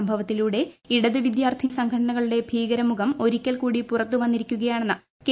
സംഭവത്തിലൂടെ ഇടതുവിദ്യാർത്ഥി സംഘടനയുടെ ഭീകരമുഖം ഒരിക്കൽക്കൂടി പുറത്തുവന്നിരിക്കുകയാണെന്ന് ക്കെ